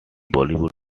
bollywood